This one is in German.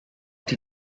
die